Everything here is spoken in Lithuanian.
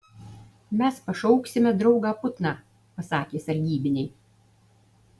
mes pašauksime draugą putną pasakė sargybiniai